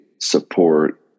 support